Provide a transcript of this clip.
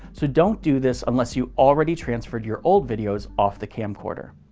so don't do this unless you already transferred your old videos off the camcorder.